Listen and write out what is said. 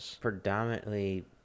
predominantly